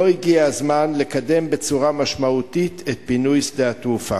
לא הגיע הזמן לקדם בצורה משמעותית את פינוי שדה התעופה?